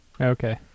Okay